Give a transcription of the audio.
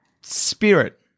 spirit